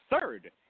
Third